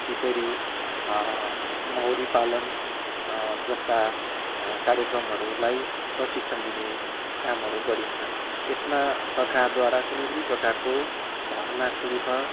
fishery मौरी पालन जस्ता कार्यक्रमहरूलाई प्रशिक्षण दिने कामहरू गरिन्छ यसमा सरकारद्वारा कुनै पनि प्रकारको भर्ना शुल्क